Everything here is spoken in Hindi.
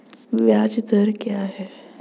ब्याज दर क्या है?